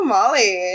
Molly